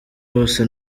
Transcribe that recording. bose